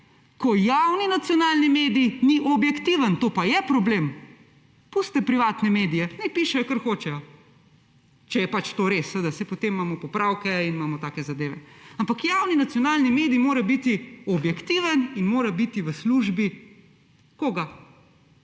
ko javni nacionalni medij ni objektiven. To pa je problem! Pustite privatne medije, naj pišejo, kar hočejo; če je pač to res, saj potem imamo popravke in take zadeve. Ampak javni nacionalni medij mora biti objektiven in mora biti v službi – koga?